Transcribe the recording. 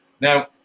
Now